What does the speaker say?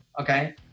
Okay